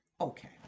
Okay